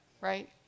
right